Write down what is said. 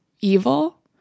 evil